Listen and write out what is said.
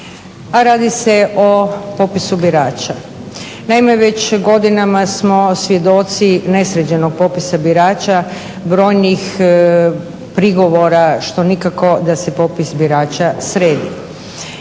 Radi se o popisu birača. Naime, već godinama smo svjedoci nesređenog popisa birača, brojnih prigovora što nikako da se popis birača sredi.